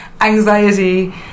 anxiety